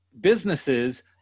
businesses